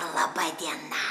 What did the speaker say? laba diena